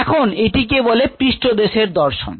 এখন এটিকে বলে পৃষ্ঠদেশের দর্শন